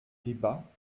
débats